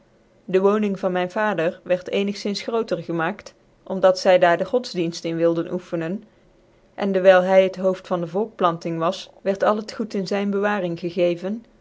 de wooning van myn vader wierd ccnigzins grootcr gemaakt om dat zy daar den godsdicnlt in wilde ocffenen en dcwyl hy het hoofd van de volkplanting was wierd al het goed in zyn bewaring gegeven